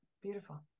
beautiful